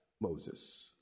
Moses